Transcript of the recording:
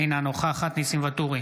אינה נוכחת ניסים ואטורי,